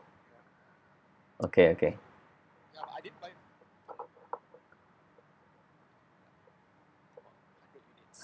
okay okay